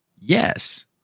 yes